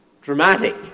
dramatic